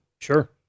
Sure